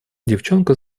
девчонка